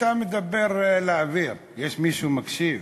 אתה מדבר לאוויר, יש מישהו שמקשיב?